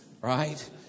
right